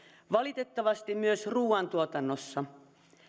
valitettavasti myös ruuantuotannossa